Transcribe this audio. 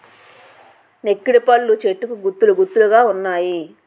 నెక్కిడిపళ్ళు చెట్టుకు గుత్తులు గుత్తులు గావున్నాయి